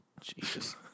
Jesus